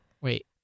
Wait